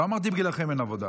לא אמרתי שבגללכם אין עבודה.